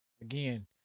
Again